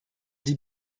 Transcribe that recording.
die